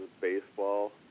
baseball